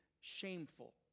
shameful